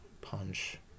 Punch